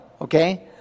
Okay